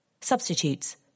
Substitutes